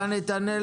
אתה יודע,